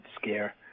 scare